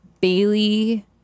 Bailey